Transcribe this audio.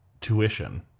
tuition